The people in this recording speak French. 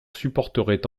supporterait